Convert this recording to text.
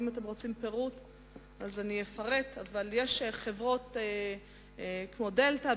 אם אתם רוצים פירוט אני אפרט: חברות כמו "דלתא",